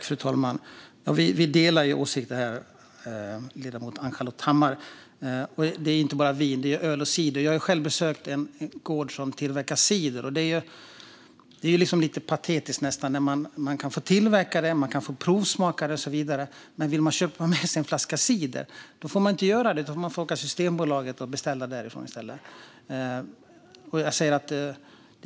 Fru talman! Vi har samma åsikt, ledamot Ann-Charlotte Hammar Johnsson och jag. Det handlar inte bara om vin utan också om öl och cider. Jag har själv besökt en gård som tillverkar cider. Det är nästan lite patetiskt att den får tillverkas och att man får provsmaka den och så vidare. Men om man vill köpa med sig en flaska cider får man inte göra det, utan man får beställa den på Systembolaget.